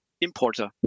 importer